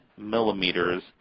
millimeters